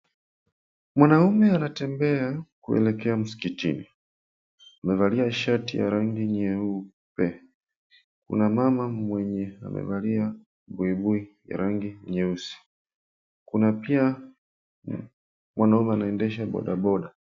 Mwanamume anatembea kuelekea msikitini, amevalia shati ya rangi nyeupe. Kuna mama mwenye amevalia buibui ya rangi nyeusi. Kuna pia mwanaume anaendesha bodaboda.